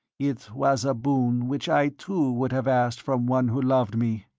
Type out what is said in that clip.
it was a boon which i, too, would have asked from one who loved me.